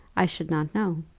i should not know.